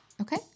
okay